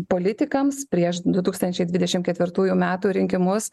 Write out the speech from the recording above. politikams prieš du tūkstančiai dvidešimt ketvirtųjų metų rinkimus